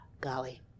golly